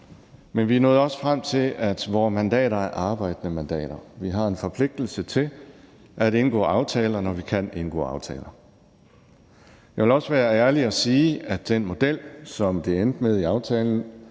men vi nåede også frem til, at vores mandater er arbejdende mandater. Vi har en forpligtelse til at indgå aftaler, når vi kan indgå aftaler. Jeg vil også være ærlig og sige, at den model, som det endte med i aftalen,